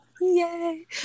Yay